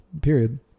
period